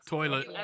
Toilet